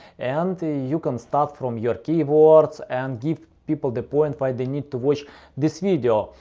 and the you can start from your keywords and give people the point why they need to watch this video.